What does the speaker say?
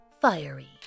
fiery